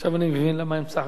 עכשיו אני מבין למה הם צעקו.